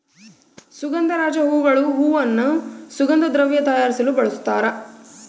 ಸುಗಂಧರಾಜ ಹೂಗಳು ಹೂವನ್ನು ಸುಗಂಧ ದ್ರವ್ಯ ತಯಾರಿಸಲು ಬಳಸ್ತಾರ